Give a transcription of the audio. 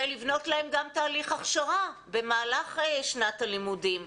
ולבנות להם גם תהליך הכשרה במהלך שנת הלימודים.